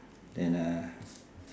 then uh